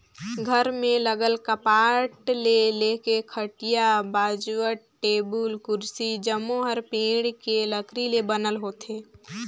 घर में लगल कपाट ले लेके खटिया, बाजवट, टेबुल, कुरसी जम्मो हर पेड़ के लकरी ले बनल होथे